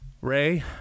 Ray